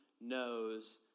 knows